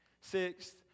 Sixth